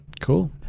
Cool